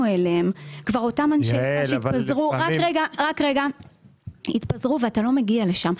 אליהם כבר אותם אנשי קש התפזרו ואתה לא מגיע לשם.